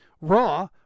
raw